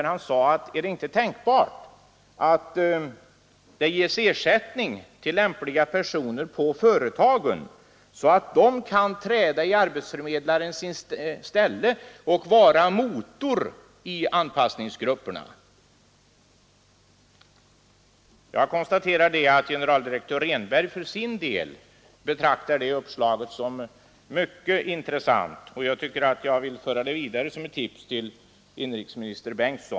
Han undrade om det inte vore tänkbart att ge ersättning till lämpliga personer på företagen, så att de kan träda i arbetsförmedlarens ställe och vara motor i anpassningsgrupperna. Jag konstaterar att generaldirektör Rehnberg för sin del betraktar det uppslaget som mycket intressant.